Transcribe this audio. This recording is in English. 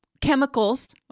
chemicals